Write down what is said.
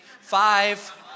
five